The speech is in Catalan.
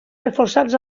reforçats